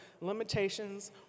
limitations